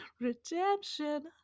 redemption